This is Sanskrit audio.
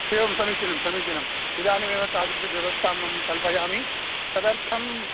एवं समीचीनं समीचनम् इदानीमेव तादृशव्यवस्थामहं कल्पयामि तदर्थम्